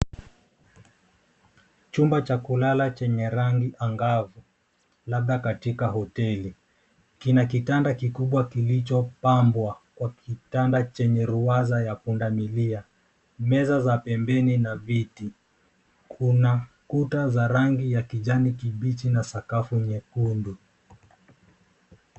Chumba cha kulala chenye rangi angavu labda katika hoteli kina kitanda kikubwa kilichopambwa kwa kitanda chenye ruwaza ya punda milia. Meza za pembeni na viti, kuna kuta za rangi ya kijani kibichi na sakafu nyekundu.